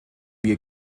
wir